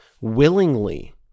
willingly